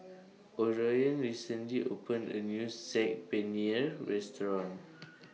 Orion recently opened A New Saag Paneer Restaurant